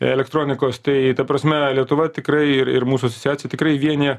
elektronikos tai ta prasme lietuva tikrai ir ir mūsų asociacija tikrai vienija